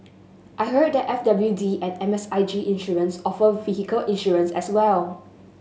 I heard that F W D and M S I G Insurance offer vehicle insurance as well